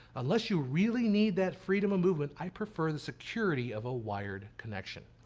unless you really need that freedom of movement, i prefer the security of a wired connection.